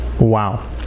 wow